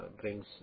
brings